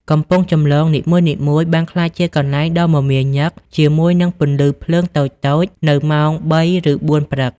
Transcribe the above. កំពង់ចម្លង នីមួយៗបានក្លាយជាកន្លែងដ៏មមាញឹកជាមួយនឹងពន្លឺភ្លើងតូចៗនៅម៉ោង ៣ ឬ ៤ ព្រឹក។